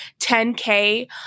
10k